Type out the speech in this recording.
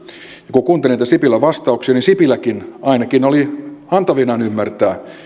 kun kuunteli niitä sipilän vastauksia sipiläkin ainakin oli antavinaan ymmärtää